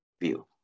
view